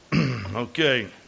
Okay